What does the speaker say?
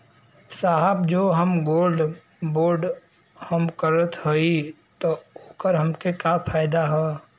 साहब जो हम गोल्ड बोंड हम करत हई त ओकर हमके का फायदा ह?